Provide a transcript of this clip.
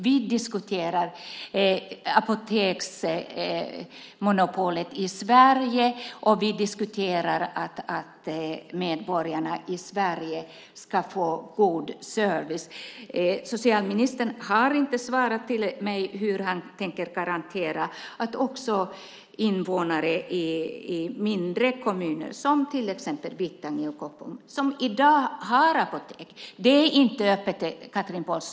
Vi diskuterar apoteksmonopolet i Sverige och att medborgarna i Sverige ska få god service. Socialministern har inte svarat mig hur han tänker garantera att invånare i mindre kommuner som Vittangi och Koppom, som i dag har apotek, ska få tillgång till det även fortsättningsvis.